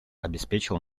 обеспечил